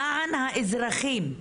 למען האזרחים.